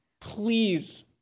Please